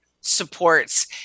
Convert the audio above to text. supports